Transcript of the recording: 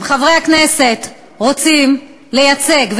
אם חברי הכנסת רוצים לייצג,